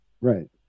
Right